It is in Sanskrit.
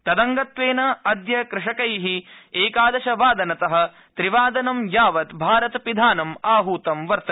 तदंगत्वेन अद्य कृषकैः एकादशवादनतः त्रिवादनं यावत् भारत पिधानम् आहतं वर्तते